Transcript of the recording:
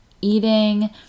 eating